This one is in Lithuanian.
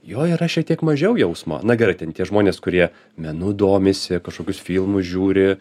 jo yra šiek tiek mažiau jausmo na gerai ten tie žmonės kurie menu domisi kažkokius filmus žiūri